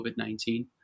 COVID-19